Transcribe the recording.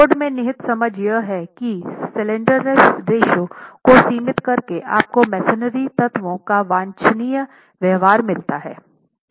code में निहित समझ यह है कि स्लैंडरनेस रेश्यो को सीमित करके आपको मेसनरी तत्वों का वांछनीय व्यवहार मिलता हैं